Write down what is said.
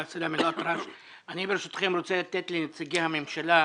ברשותכם, אני רוצה לתת לנציגי הממשלה